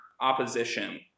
opposition